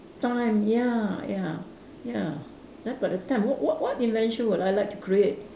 time ya ya ya then by that time what what what invention would I like to create